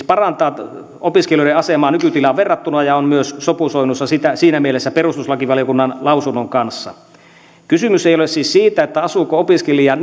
parantaa opiskelijoiden asemaa nykytilaan verrattuna ja on myös sopusoinnussa siinä mielessä perustuslakivaliokunnan lausunnon kanssa kysymys ei ole siis niinkään siitä asuuko opiskelija